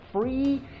free